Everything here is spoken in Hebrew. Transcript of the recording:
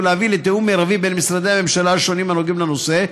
להביא לתיאום מרבי בין משרדי הממשלה הנוגעים בנושא,